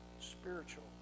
spiritual